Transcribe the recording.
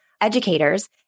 educators